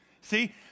See